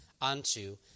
unto